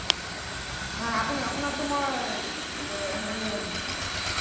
নাই আপোনাক আপোনাকটো মই হেৰি